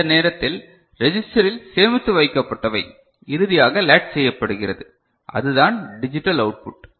அந்த நேரத்தில் ரிஜிஸ்டரில் சேமித்து வைக்கப்பட்டவை இறுதியாக லேட்ச் செய்யப்படுகிறது அதுதான் டிஜிட்டல் அவுட்புட்